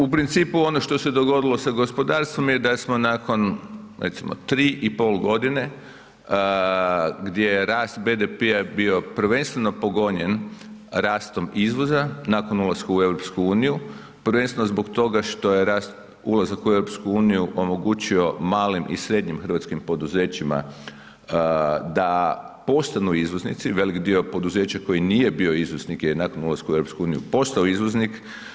U principu ono što se dogodilo sa gospodarstvom je da smo nakon recimo 3,5 godine gdje je rast BDP-a bio prvenstveno pogonjen rastom izvoza nakon ulaska u EU, prvenstveno zbog toga što je rast ulazak u EU omogućio malim i srednjim hrvatskim poduzećima da postanu izvoznici, velik dio poduzeća koji nije bio izvoznik je nakon ulaska u EU postao izvoznik.